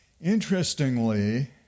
interestingly